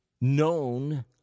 known